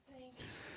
Thanks